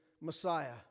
Messiah